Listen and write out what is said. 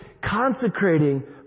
consecrating